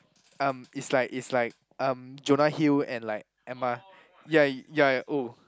um it's like it's like um Jonah-Hill and like Emma ya y~ ya oh